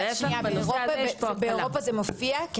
באירופה זה מופיע?